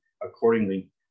accordingly